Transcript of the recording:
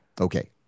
Okay